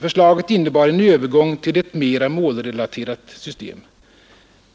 Förslaget innebar en övergång till ett mera målrelaterat system.